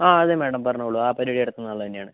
ആ അതെ മാഡം പറഞ്ഞോളു ആ പരിപാടി നടത്തുന്ന ആൾ തന്നെയാണ്